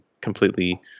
completely